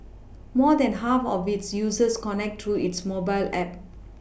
more than half of its users connect through its mobile app